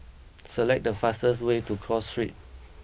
select the fastest way to Cross Street